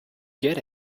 get